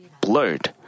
blurred